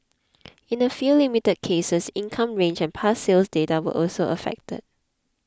in a few limited cases income range and past sales data were also affected